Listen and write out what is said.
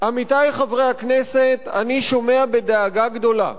אני שומע בדאגה גדולה את הדיבורים על כך,